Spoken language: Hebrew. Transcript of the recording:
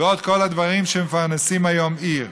וכל הדברים שמפרנסים היום עיר.